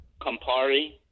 Campari